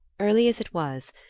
early as it was,